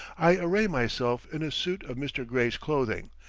i array myself in a suit of mr. gray's clothing,